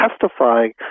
testifying